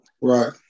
Right